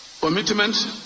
commitment